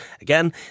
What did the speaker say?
Again